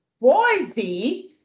Boise